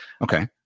Okay